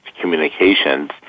communications